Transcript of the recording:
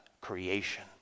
creation